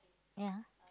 ya